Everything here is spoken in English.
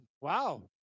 Wow